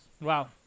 Wow